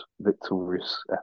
victorious